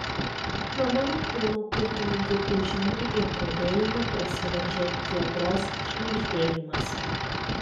pro mano kūno kurtinantį ūžimą ir drebėjimą prasiveržia giedros šnabždėjimas